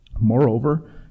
Moreover